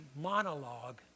monologue